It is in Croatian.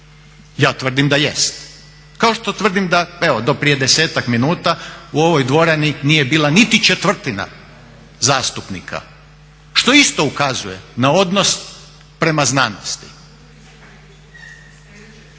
Ja tvrdim da jest, kao što tvrdim da evo do prije 10-ak minuta u ovoj dvorani nije bila niti četvrtina zastupnika. Što isto ukazuje na odnos prema znanosti.